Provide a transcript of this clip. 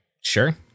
Sure